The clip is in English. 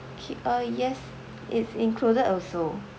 okay uh yes it's included also